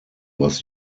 was